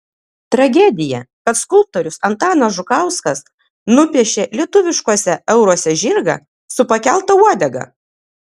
tragedija kad skulptorius antanas žukauskas nupiešė lietuviškuose euruose žirgą su pakelta uodega